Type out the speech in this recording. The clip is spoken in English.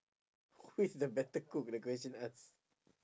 who is the better cook the question ask